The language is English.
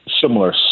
similar